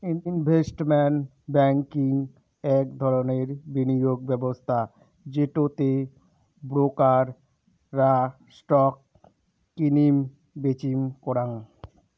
investment banking আক ধরণের বিনিয়োগ ব্যবস্থা যেটো তে ব্রোকার রা স্টক কিনিম বেচিম করাং